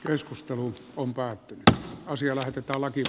keskustelu on päättynyt ja asia laiteta laki